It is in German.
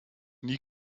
nie